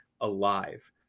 alive